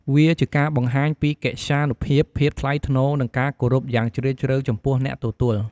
វាជាការបង្ហាញពី កិត្យានុភាព ភាពថ្លៃថ្នូរ និងការគោរព យ៉ាងជ្រាលជ្រៅចំពោះអ្នកទទួល។